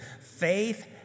faith